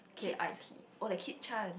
Kate oh the Kate-Chan